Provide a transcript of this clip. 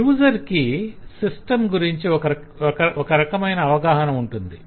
user కి system గురుంచి ఒక రకమైన అవగాహన ఉంటుంది